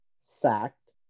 sacked